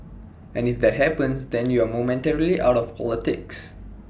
and if that happens then you're momentarily out of politics